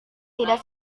tidak